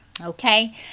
Okay